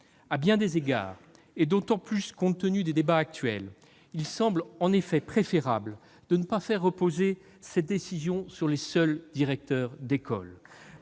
À bien des égards, d'autant plus compte tenu des débats actuels, il semble en effet préférable de ne pas faire reposer cette décision sur les seuls directeurs d'école.